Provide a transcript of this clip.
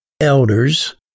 elders